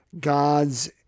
God's